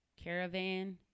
Caravan